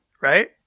right